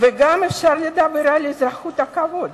אפשר לדבר גם על אזרחות הכבוד.